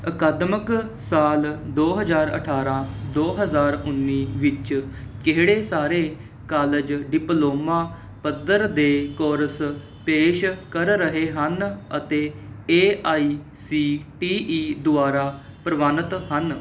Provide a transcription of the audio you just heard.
ਅਕਾਦਮਿਕ ਸਾਲ ਦੋ ਹਜ਼ਾਰ ਅਠਾਰ੍ਹਾਂ ਦੋ ਹਜ਼ਾਰ ਉੱਨੀ ਵਿੱਚ ਕਿਹੜੇ ਸਾਰੇ ਕਾਲਜ ਡਿਪਲੋਮਾ ਪੱਧਰ ਦੇ ਕੋਰਸ ਪੇਸ਼ ਕਰ ਰਹੇ ਹਨ ਅਤੇ A I C T E ਦੁਆਰਾ ਪ੍ਰਵਾਨਿਤ ਹਨ